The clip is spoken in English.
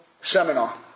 seminar